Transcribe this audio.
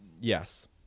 Yes